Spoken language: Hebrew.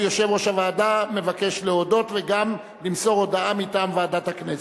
יושב-ראש הוועדה מבקש להודות וגם למסור הודעה מטעם ועדת הכנסת.